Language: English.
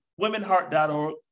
WomenHeart.org